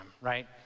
right